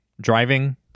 driving